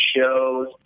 shows